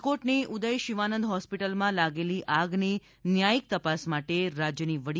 રાજકોટની ઉદય શિવાનંદ હ્રોસ્પિટલમાં લાગેલી આગની ન્યાયિક તપાસ માટે રાજ્યની વડી